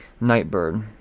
Nightbird